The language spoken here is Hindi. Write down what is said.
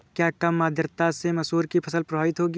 क्या कम आर्द्रता से मसूर की फसल प्रभावित होगी?